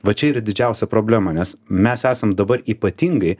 va čia yra didžiausia problema nes mes esam dabar ypatingai